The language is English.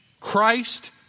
Christ